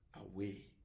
away